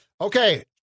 Okay